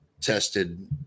Tested